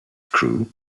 crew